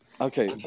Okay